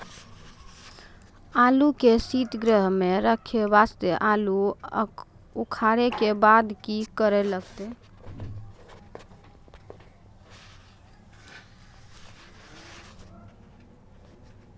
आलू के सीतगृह मे रखे वास्ते आलू उखारे के बाद की करे लगतै?